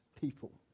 people